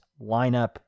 lineup